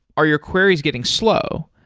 are your queries getting slow?